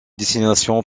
destination